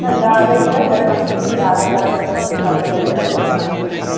نہَ دَگ ہَے چھَس راتَس چھَس زیادٕ کَرَن دۄہَس چھَس آسان ییٚمہِ کَمٕے پہَن